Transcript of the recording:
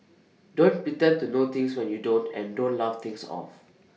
don't pretend to know things when you don't and don't laugh things off